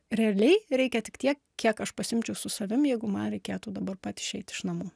realiai reikia tik tiek kiek aš pasiimčiau su savim jeigu man reikėtų dabar pat išeit iš namų